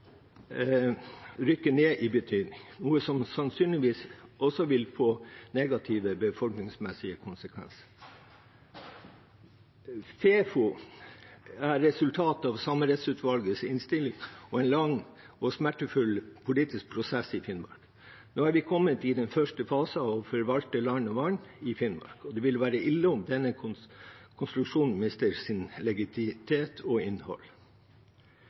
rykke ned i betydning, noe som sannsynligvis også vil få negative befordringsmessige konsekvenser. FeFo er resultatet av Samerettsutvalgets innstilling og en lang og smertefull politisk prosess i Finnmark. Nå er vi i den første fasen av å forvalte land og vann i Finnmark, og det vil være ille om denne konstruksjonen mister sin legitimitet og sitt innhold.